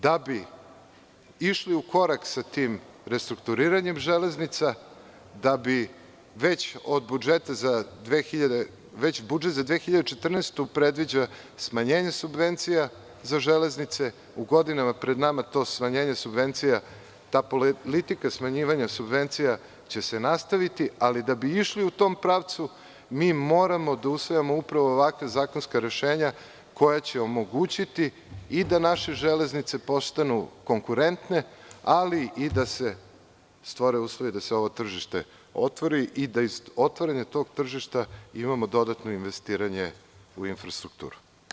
Da bi išli u korak sa tim restrukturiranjem železnica, već budžet za 2014. godinu predviđa smanjenje subvencija za železnice, u godinama pred nama to smanjenje subvencija, ta politika smanjivanja subvencija će se nastaviti, ali da bi išli u tom pravcu, mi moramo da usvajamo upravo ovakva zakonska rešenja koja će omogućiti i da naše železnice postanu konkurentne, ali i da se stvore uslovi da se ovo tržište otvori i da iz otvaranja tog tržišta imamo dodatno investiranje u infrastrukturu.